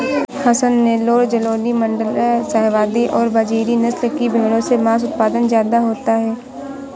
हसन, नैल्लोर, जालौनी, माण्ड्या, शाहवादी और बजीरी नस्ल की भेंड़ों से माँस उत्पादन ज्यादा होता है